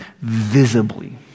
visibly